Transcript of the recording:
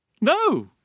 no